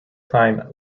time